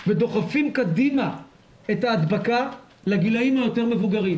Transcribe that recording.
ודוחפים קדימה את ההדבקה לגילאים היותר מבוגרים.